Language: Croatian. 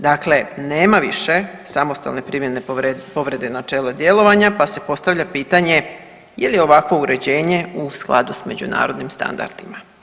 Dakle, nema više samostalne primjene povrede načela djelovanja pa se postavlja pitanje, je li ovakvo uređenje u skladu s međunarodnim standardima?